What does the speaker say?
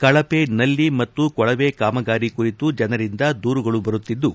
ಕಳಪೆ ನಲ್ಲಿ ಮತ್ತು ಕೊಳವೆ ಕಾಮಗಾರಿ ಕುರಿತು ಜನರಿಂದ ದೂರುಗಳು ಬರುತ್ತಿದ್ದು